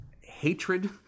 hatred